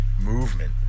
movement